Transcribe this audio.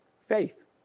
Faith